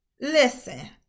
Listen